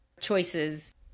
choices